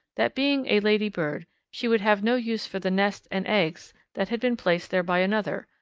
that being a ladybird she would have no use for the nest and eggs that had been placed there by another,